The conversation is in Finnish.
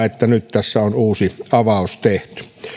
että tässä nyt on uusi avaus tehty